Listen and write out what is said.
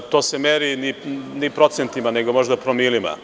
To se ne meri ni procentima, nego možda promilima.